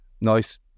nice